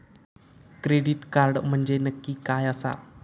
Credit card म्हंजे नक्की काय आसा?